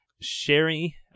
Sherry